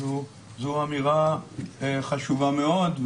זו אמירה חשובה מאוד.